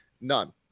none